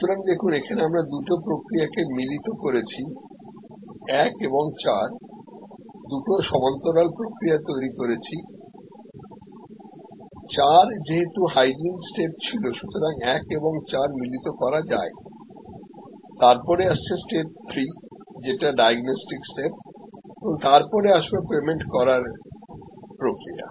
সুতরাং দেখুন এখানে আমরা দুটো প্রক্রিয়াকে মিলিত করেছি 1 এবং 4 দুটো সমান্তরাল প্রক্রিয়া তৈরি করেছি 4 যেহেতু হাইজিন স্টেপ ছিল সুতরাং 1 এবং 4 মিলিত করা যায় তারপরে আসছে স্টেপ 3 যেটা ডায়াগনস্টিক স্টেপ এবং তারপরে আসবে পেমেন্ট করার প্রক্রিয়া